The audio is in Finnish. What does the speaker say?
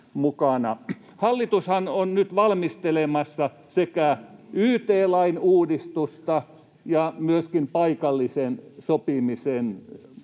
Hallitushan on nyt valmistelemassa sekä yt-lain uudistusta että myöskin paikallisen sopimisen suomalaista